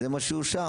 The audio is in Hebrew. זה מה שאושר,